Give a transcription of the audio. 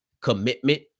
commitment